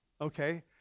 Okay